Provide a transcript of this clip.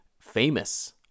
famous